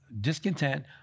discontent